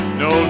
no